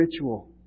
ritual